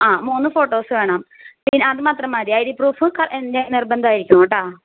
ആ മൂന്ന് ഫോട്ടോസ് വേണം പിന്നെ അതു മാത്രം മതി ഐ ഡി പ്രൂഫ് ക എൻ്റെ നിർബന്ധമായിരിക്കണം കേട്ടോ